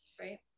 right